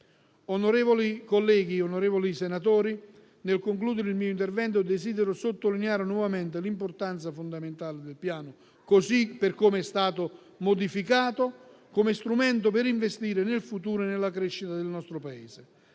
Onorevoli colleghi senatori, nel concludere il mio intervento, desidero sottolineare nuovamente l'importanza fondamentale del Piano, così com'è stato modificato, come strumento per investire nel futuro e nella crescita del nostro Paese.